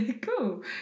Cool